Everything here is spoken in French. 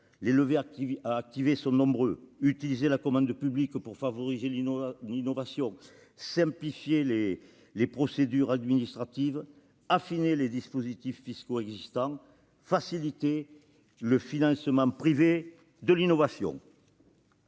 Les leviers à activer sont nombreux : utiliser la commande publique pour favoriser l'innovation, simplifier les procédures administratives, affiner les dispositifs fiscaux existants et faciliter le financement privé de l'innovation.